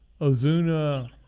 Ozuna